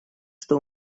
что